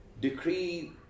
decree